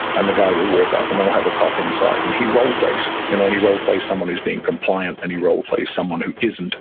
and the guy will walk up and they'll have a cop inside, and he role-plays. and he role-plays someone who's being compliant, and he role-plays someone who isn't